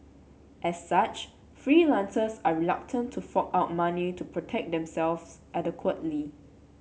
as such freelancers are reluctant to fork out money to protect themselves adequately